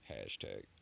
hashtag